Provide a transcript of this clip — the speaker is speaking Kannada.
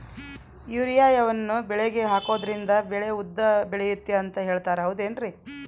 ಯೂರಿಯಾವನ್ನು ಬೆಳೆಗೆ ಹಾಕೋದ್ರಿಂದ ಬೆಳೆ ಉದ್ದ ಬೆಳೆಯುತ್ತೆ ಅಂತ ಹೇಳ್ತಾರ ಹೌದೇನ್ರಿ?